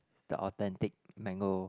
the authentic mango